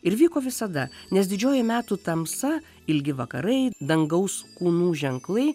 ir vyko visada nes didžioji metų tamsa ilgi vakarai dangaus kūnų ženklai